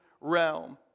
realm